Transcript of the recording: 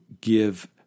give